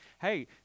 hey